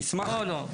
לא,